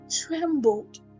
trembled